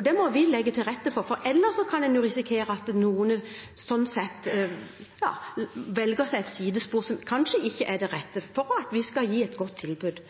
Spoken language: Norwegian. Det må vi legge til rette for. Ellers kan en risikere at noen slik sett velger seg et sidespor som kanskje ikke er det rette for at vi skal kunne gi et godt tilbud.